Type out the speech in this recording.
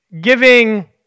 giving